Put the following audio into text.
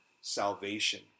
salvation